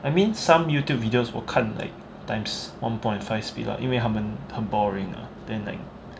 I mean some Youtube videos 我看 like times one point five speed lah 因为它们很 boring ah then like